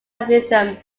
rhythm